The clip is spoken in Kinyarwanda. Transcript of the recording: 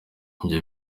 ivyo